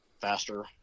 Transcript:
faster